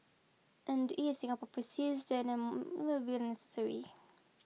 and if Singapore persists then a unnecessary